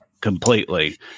completely